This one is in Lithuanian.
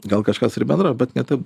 gal kažkas ir bendro bet ne taip